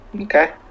okay